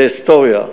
זו היסטוריה.